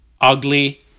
ugly